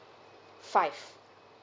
five